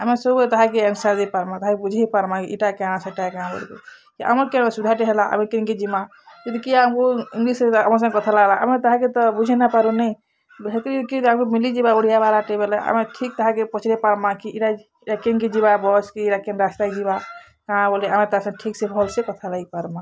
ଆମେ ସବୁ ତାହାକେ ଏକ୍ ସାଥେ ପାର୍ମାଁ ବୁଝେଇ ପାର୍ମାଁ ଇଟା କାଁ ସେଇଟା କାଁ ବୋଲିକରି କି ଆମର୍ କେନ୍ ଅସୁବିଧାଟେ ହେଲା ଆମେ କେଁନ୍କେ ଜିମାଁ ଯଦି କିଏ ଆମ୍ କୁ ଆମର୍ ସାଙ୍ଗରେ କଥା ଲାଗ୍ଲା ଆମେ ତାହାକେ ତ ବୁଝେଇ ନାଇଁ ପାରୁନେଇଁ ମିଲିଯିବା ଓଡ଼ିଆ ବାଲାଟେ ବୋଲେ ଆମେ ଠିକ୍ ତାହାକେ ପଚାରିପାର୍ମାଁ କି ଇଟା ଇଟା କେନ୍ କେ ଯିବା ବସ୍ କି ଇରା କେନ୍ ରାସ୍ତାକେ ଯିବା କାଁ ବୋଲି ଆମେ ତାର୍ ସେ ଠିକ୍ ସେ ଭଲ୍ ସେ କଥା ହେଇପାର୍ମାଁ